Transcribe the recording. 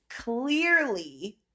clearly